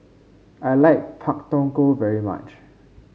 I like Pak Thong Ko very much